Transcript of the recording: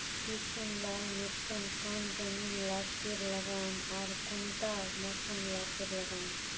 किसम ला मिर्चन कौन जमीन लात्तिर लगाम आर कुंटा मौसम लात्तिर लगाम?